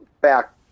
back